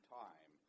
time